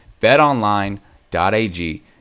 BetOnline.ag